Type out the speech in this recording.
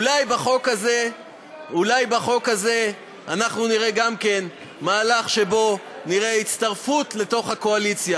אולי גם בחוק הזה אנחנו נראה מהלך שבו נראה הצטרפות לקואליציה.